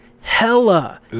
Hella